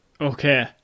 Okay